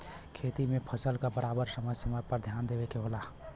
खेती में फसल क बराबर समय समय पर ध्यान देवे के होला